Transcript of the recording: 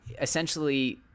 essentially